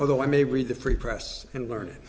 although i may read the free press and learn